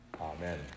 Amen